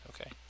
Okay